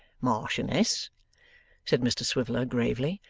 marchioness said mr swiveller gravely,